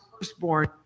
firstborn